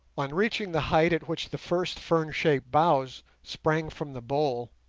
on reaching the height at which the first fern-shaped boughs sprang from the bole,